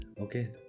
Okay